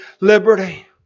liberty